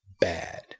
bad